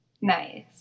Nice